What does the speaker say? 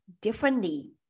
differently